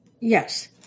Yes